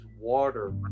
water